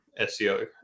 seo